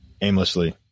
aimlessly